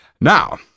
Now